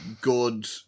good